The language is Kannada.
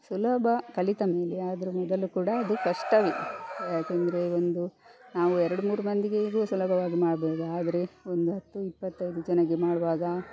ಸುಲಭ ಕಲಿತ ಮೇಲೆ ಆದರೂ ಮೊದಲು ಕೂಡ ಅದು ಕಷ್ಟವೇ ಯಾಕಂದರೆ ಒಂದು ನಾವು ಎರಡು ಮೂರು ಮಂದಿಗೆ ಹೇಗೋ ಸುಲಭವಾಗಿ ಮಾಡ್ಬೋದು ಆದರೆ ಒಂದು ಹತ್ತು ಇಪ್ಪತ್ತೈದು ಜನರಿಗೆ ಮಾಡುವಾಗ